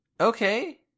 Okay